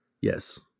yes